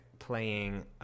playing